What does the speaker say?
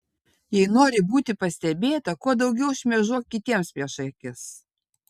jei nori būti pastebėta kuo daugiau šmėžuok kitiems prieš akis